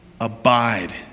abide